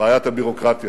בעיית הביורוקרטיה,